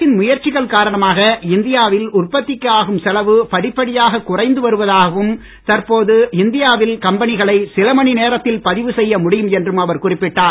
அரசின் முயற்சிகள் காரணமாக இந்தியாவில் உற்பத்திக்கு ஆகும் செலவு படிப்படியாகக் குறைந்து வருவதாகவும் தற்போது இந்தியாவில் கம்பெனிகளை சிலமணி நேரத்தில் பதிவு செய்ய முடியும் என்றும் அவர் குறிப்பிட்டார்